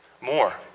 more